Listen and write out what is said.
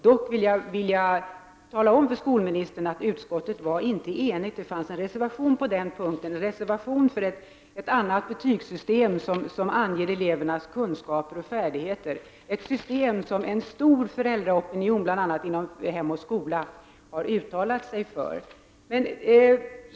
Dock vill jag tala om för skolministern att utskottet inte var enigt utan att det fanns en reservation för ett annat betygssystem, som anger elevernas kunskaper och färdigheter — ett system som en stor föräldraopinion, bl.a. inom Hem och skola, har uttalat sig för.